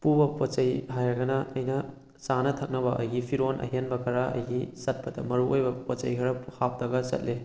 ꯄꯨꯕ ꯄꯣꯠꯆꯩ ꯍꯥꯏꯔꯒꯅ ꯑꯩꯅ ꯆꯥꯅ ꯊꯛꯅꯕ ꯑꯩꯒꯤ ꯐꯤꯔꯣꯟ ꯑꯍꯦꯟꯕ ꯈꯔ ꯑꯩꯒꯤ ꯆꯠꯄꯗ ꯃꯔꯨ ꯑꯣꯏꯕ ꯄꯣꯠꯆꯩ ꯈꯔ ꯍꯥꯞꯄꯒ ꯆꯠꯂꯦ